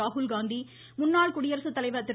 ராகுல்காந்தி முன்னாள் குடியரசுத் தலைவர் திரு